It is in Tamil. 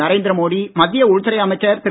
நரேந்திர மோடி மத்திய உள்துறை அமைச்சர் திரு